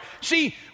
See